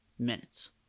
minutes